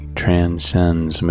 transcends